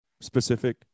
specific